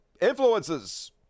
influences